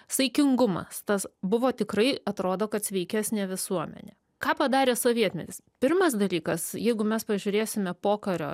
saikingumas tas buvo tikrai atrodo kad sveikesnė visuomenė ką padarė sovietmetis pirmas dalykas jeigu mes pažiūrėsime pokario